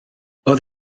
oedd